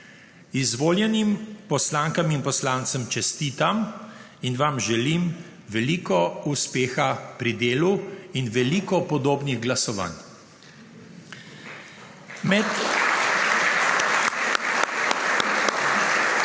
Izvoljenim poslankam in poslancem čestitam in vam želim veliko uspeha pri delu in veliko podobnih glasovanj.